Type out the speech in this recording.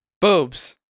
boobs